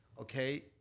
okay